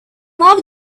loved